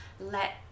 Let